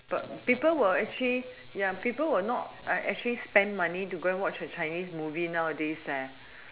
but people will actually ya people will not spend money to go and watch a chinese movie nowadays leh